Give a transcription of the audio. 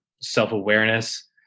self-awareness